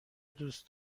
دوست